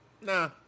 nah